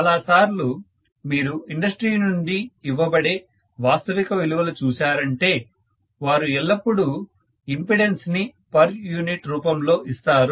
చాలా సార్లు మీరు ఇండస్ట్రీ నుంచి ఇవ్వబడే వాస్తవిక విలువలు చూశారంటే వారు ఎల్లప్పుడు ఇంపెడెన్స్ ని పర్ యూనిట్ రూపంలో ఇస్తారు